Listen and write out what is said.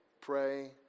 pray